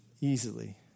easily